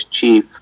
chief